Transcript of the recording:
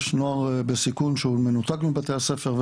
יש נוער בסיכון שהוא מנותק מבתי הספר,